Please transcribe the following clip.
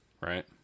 right